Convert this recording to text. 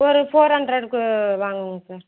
ஒரு ஃபோர் ஹண்ட்ரடுக்கு வாங்குவோம்ங்க சார்